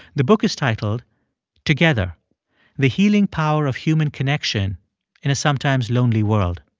the book is titled together the healing power of human connection in a sometimes lonely world.